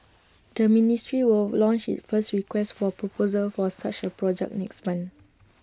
the ministry will launch its first request for proposal for such A project next month